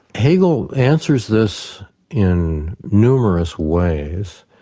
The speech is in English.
hegel answers this in numerous ways.